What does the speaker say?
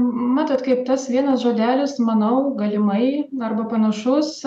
matote kaip tas vienas žodelis manau galimai arba panašus